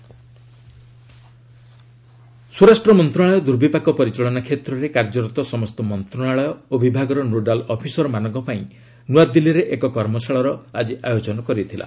MHA workshop ସ୍ୱରାଷ୍ଟ୍ର ମନ୍ତ୍ରଣାଳୟ ଦୁର୍ବିପାକ ପରିଚାଳନା କ୍ଷେତ୍ରରେ କାର୍ଯ୍ୟରତ ସମସ୍ତ ମନ୍ତ୍ରଣାଳୟ ଓ ବିଭାଗର ନୋଡାଲ୍ ଅଫିସରମାନଙ୍କ ପାଇଁ ନୂଆଦିଲ୍ଲୀରେ ଏକ କର୍ମଶାଳାର ଆଜି ଆୟୋଜନ କରିଥିଲା